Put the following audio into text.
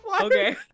okay